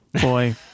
boy